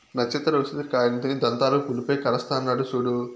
నచ్చత్ర ఉసిరి కాయలను తిని దంతాలు పులుపై కరస్తాండాడు సూడు